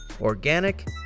organic